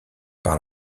par